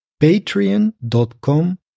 patreon.com